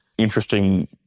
interesting